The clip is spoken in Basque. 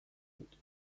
dut